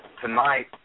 Tonight